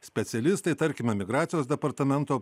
specialistai tarkime migracijos departamento